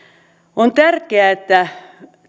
on tärkeää että